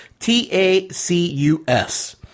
T-A-C-U-S